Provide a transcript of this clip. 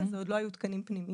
הם עוד לא היו תקנים פנימיים,